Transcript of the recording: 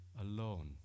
alone